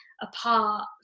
apart